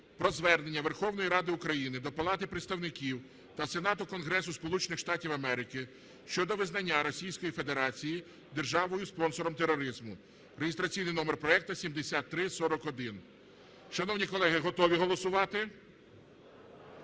про Звернення Верховної Ради України до Палати представників та Сенату Конгресу Сполучених Штатів Америки щодо визнання Російської Федерації державою-спонсором тероризму (реєстраційний номер проекту 7341). Шановні колеги, готові голосувати?